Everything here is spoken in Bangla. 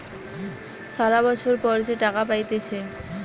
সারা বছর পর যে টাকা পাইতেছে